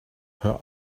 her